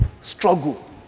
struggle